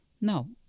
No